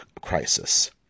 crisis